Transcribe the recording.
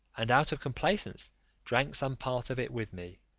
and out of complaisance drank some part of it with me.